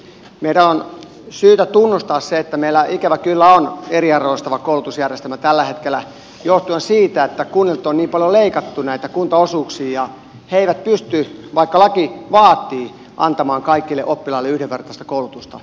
meidän on syytä tunnustaa se että meillä ikävä kyllä on eriarvoistava koulutusjärjestelmä tällä hetkellä johtuen siitä että kunnilta on niin paljon leikattu näitä kuntaosuuksia ja ne eivät pysty vaikka laki vaatii antamaan kaikille oppilaille yhdenvertaista koulutusta